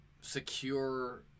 secure